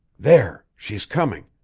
there! she's coming.